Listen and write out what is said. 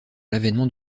l’avènement